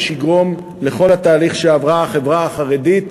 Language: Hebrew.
יגרום לכל התהליך שעברה החברה החרדית,